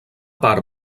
part